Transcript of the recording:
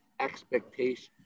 expectations